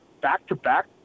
back-to-back